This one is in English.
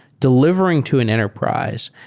delivering to an enterprise.